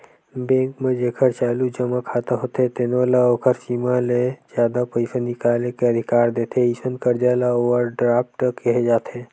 bank म जेखर चालू जमा खाता होथे तेनो ल ओखर सीमा ले जादा पइसा निकाले के अधिकार देथे, अइसन करजा ल ओवर ड्राफ्ट केहे जाथे